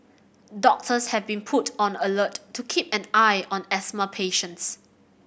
doctors have been put on alert to keep an eye on asthma patients